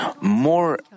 more